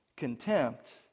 Contempt